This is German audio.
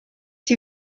die